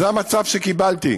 זה המצב שקיבלתי.